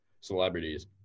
celebrities